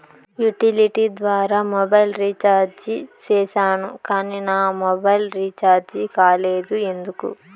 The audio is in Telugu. యుటిలిటీ ద్వారా మొబైల్ రీచార్జి సేసాను కానీ నా మొబైల్ రీచార్జి కాలేదు ఎందుకు?